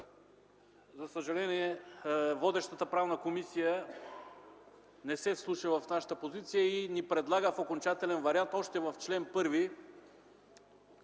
За съжаление, водещата Правна комисия не се вслуша в нашата позиция и ни предлага в окончателен вариант още в чл. 1